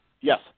Yes